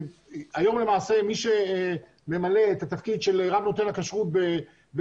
היום למעשה מי שממלא את התפקיד של רב נותן הכשרות בחיפה,